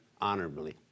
honorably